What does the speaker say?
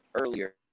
earlier